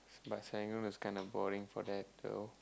but Serangoon is kinda boring for that though